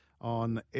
on